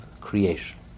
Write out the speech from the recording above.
creation